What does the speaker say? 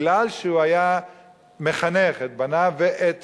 כי הוא היה מחנך את בניו ואת